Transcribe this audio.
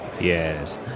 Yes